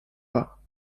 pas